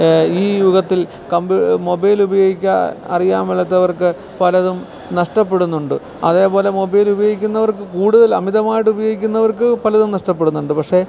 ഈ യുഗത്തിൽ മൊബൈൽ ഉപയോഗിക്കാൻ അറിയാൻ പാടില്ലാത്തവർക്ക് പലതും നഷ്ടപ്പെടുന്നുണ്ട് അതേപോലെ മൊബൈൽ ഉപയോഗിക്കുന്നവർക്ക് കൂടുതൽ അമിതമായിട്ട് ഉപയോഗിക്കുന്നവർക്ക് പലതും നഷ്ടപ്പെടുന്നുണ്ട് പക്ഷേ